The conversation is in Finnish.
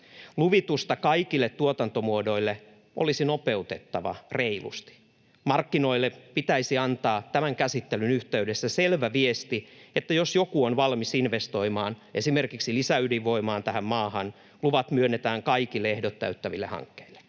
Luvitusta kaikille tuotantomuodoille olisi nopeutettava reilusti. Markkinoille pitäisi antaa tämän käsittelyn yhteydessä selvä viesti, että jos joku on valmis investoimaan esimerkiksi lisäydinvoimaan tähän maahan, luvat myönnetään kaikille ehdot täyttäville hankkeille.